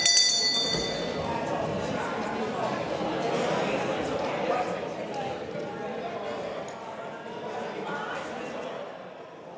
Tak.